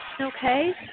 okay